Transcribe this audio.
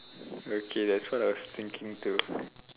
okay that's what I was thinking too